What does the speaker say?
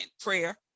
prayer